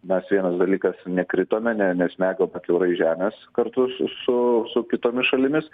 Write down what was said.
mes vienas dalykas nekritome ne nesmegome kiaurai žemės kartu su su kitomis šalimis